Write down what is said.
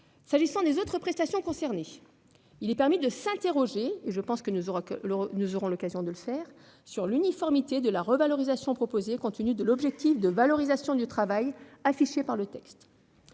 évoquer les autres prestations concernées. Il est permis de s'interroger- je pense que nous aurons l'occasion de le faire -sur l'uniformité de la revalorisation proposée, compte tenu de l'objectif de valorisation du travail affiché par le texte.